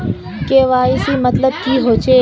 KYC मतलब की होचए?